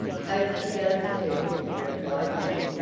hope she does, too, replied nat,